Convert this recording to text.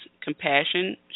compassion